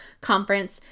conference